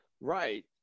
right